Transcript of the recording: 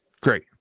great